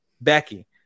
Becky